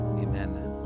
Amen